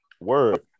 Word